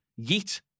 Yeet